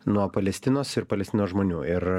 nuo palestinos ir palestinos žmonių ir